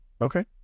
okay